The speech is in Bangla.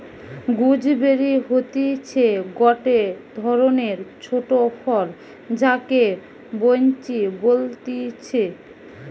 গুজবেরি হতিছে গটে ধরণের ছোট ফল যাকে বৈনচি বলতিছে